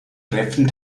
treffen